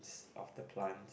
of the plants